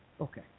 Okay